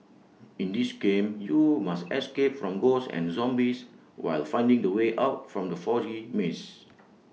in this game you must escape from ghosts and zombies while finding the way out from the foggy maze